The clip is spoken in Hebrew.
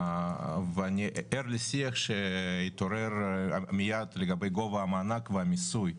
אני ער לשיח שהתעורר מיד לגבי גובה המענק והמיסוי,